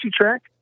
track